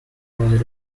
was